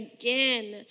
again